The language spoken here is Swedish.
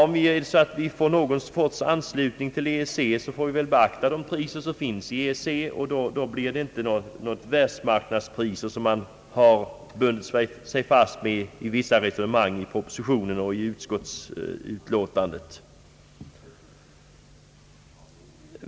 Om vi, med eller utan anslutning till EEC, måste beakta de priser som tillämpas där, blir det ingalunda de världsmarknadspriser man har bundit sig fast vid i vissa resonemang i propositionen och i utskottsutlåtandet.